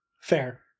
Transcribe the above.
Fair